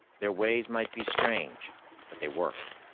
their ways might be strange but they worked.